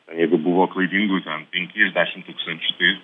ten jeigu buvo klaidingų ten penki iš dešim tūkstančių tai